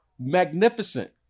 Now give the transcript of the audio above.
Magnificent